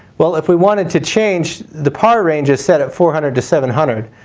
well if we wanted to change, the par range is set at four hundred to seven hundred